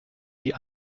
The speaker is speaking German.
wie